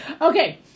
Okay